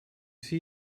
see